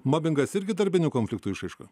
mobingas irgi darbinių konfliktų išraiška